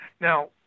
Now